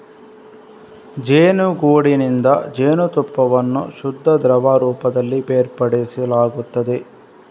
ಜೇನುಗೂಡಿನಿಂದ ಜೇನುತುಪ್ಪವನ್ನು ಶುದ್ಧ ದ್ರವ ರೂಪದಲ್ಲಿ ಬೇರ್ಪಡಿಸಲಾಗುತ್ತದೆ